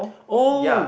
oh